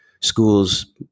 schools